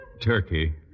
turkey